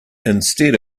instead